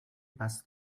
past